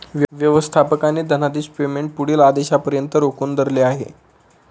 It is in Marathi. व्यवस्थापकाने धनादेश पेमेंट पुढील आदेशापर्यंत रोखून धरले आहे